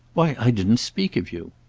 why i didn't speak of you.